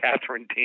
Catherine